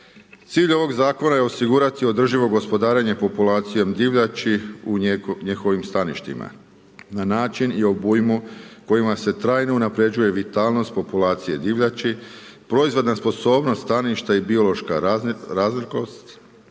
Cilj ovog zakona je osigurati održivo gospodarenje populacije divljači u njihovim staništima, na način i obujmu kojima se trajno unapređuje vitalnost populacije divljači, proizvodna sposobnost staništa i biološka razlikost,